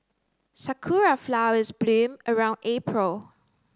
sakura flowers bloom around April